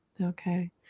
okay